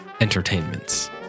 entertainments